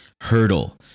hurdle